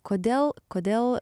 kodėl kodėl